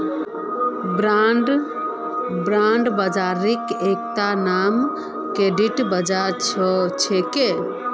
bond बाजारेर एकता नाम क्रेडिट बाजार छेक